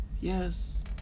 Yes